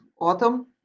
autumn